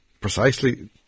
precisely